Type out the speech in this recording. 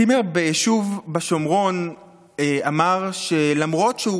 בעל צימר ביישוב בשומרון אמר שלמרות שהוא